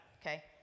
Okay